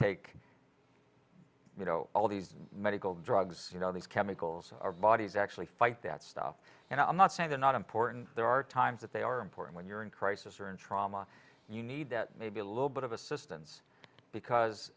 take you know all these medical drugs you know these chemicals our bodies actually fight that stuff and i'm not saying they're not important there are times that they are important when you're in crisis or in trauma and you need that maybe a little bit of assistance because